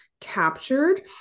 captured